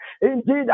indeed